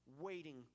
waiting